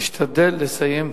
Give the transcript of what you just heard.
תשתדל לסיים.